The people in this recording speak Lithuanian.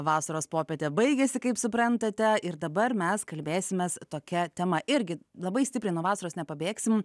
vasaros popietė baigėsi kaip suprantate ir dabar mes kalbėsimės tokia tema irgi labai stipriai nuo vasaros nepabėgsim